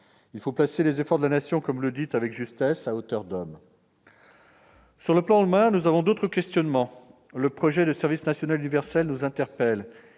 Il faut placer les efforts de la Nation, comme vous le dites avec justesse, madame la ministre, « à hauteur d'hommes ». Sur le plan humain, nous avons d'autres questionnements. Le projet de service national universel, SNU, nous interpelle.